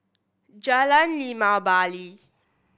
Jalan Limau Bali